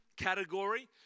Category